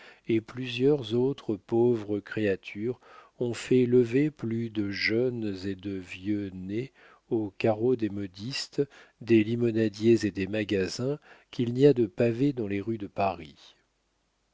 et plusieurs autres pauvres créatures qui ont fait lever plus de jeunes et de vieux nez aux carreaux des modistes des limonadiers et des magasins qu'il n'y a de pavés dans les rues de paris